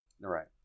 right